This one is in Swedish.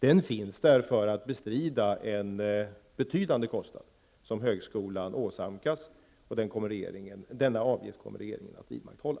Den finns där för att bestrida en betydande kostnad som högskolan åsamkas, och denna avgift kommer regeringen att vidmakthålla.